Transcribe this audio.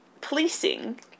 policing